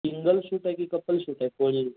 single shoot आहे की couple shoot आहेत कोळी